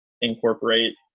incorporate